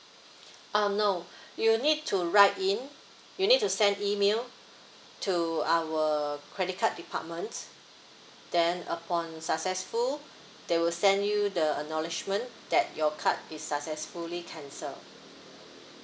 um no you need to write in you need to send email to our credit card department then upon successful they will send you the acknowledgement that your card is successfully cancelled